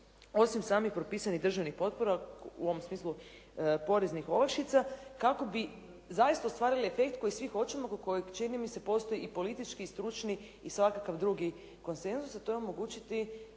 osim samih propisanih državnih potpora, u ovom smislu poreznih olakšica, kako bi zaista ostvarili efekt koji svi hoćemo, oko kojeg čini mi se postoji i politički i stručni i svakakav drugi konsenzus, a to je omogućiti